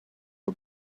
for